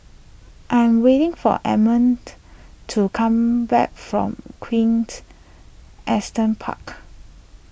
I am waiting for Edmund to come back from quint Asten Park